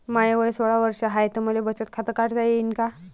माय वय सोळा वर्ष हाय त मले बचत खात काढता येईन का?